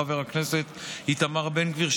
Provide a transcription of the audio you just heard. חבר הכנסת איתמר בן גביר,